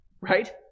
right